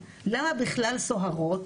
למה בכלל סוהרות,